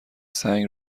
سنگ